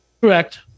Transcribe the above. Correct